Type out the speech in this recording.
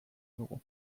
dugu